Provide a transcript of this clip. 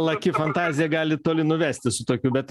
laki fantazija gali toli nuvesti su tokiu bet